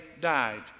died